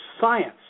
science